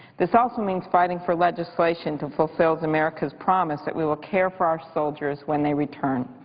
this also means fighting for legislation to fulfill america's promise that we will care for our soldiers when they return.